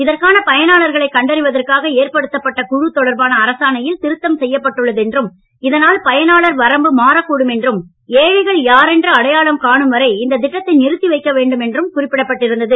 இதற்கான பயனாளர்களை கண்டறிவதற்காக ஏற்படுத்தப்பட்ட குழு தொடர்பான அரசாணையில் திருத்தம் செய்யப்பட்டுள்ளது என்றும் இதனால் பயனாளர் வரம்பு மாறக்கூடும் என்றும் ஏழைகள் யாரென்று அடையாளம் காணும் வரை இந்த திட்டத்தை நிறுத்தி வைக்க வேண்டும் என்றும் குறிப்பிடப்பட்டிருந்தது